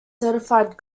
certified